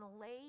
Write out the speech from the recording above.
lay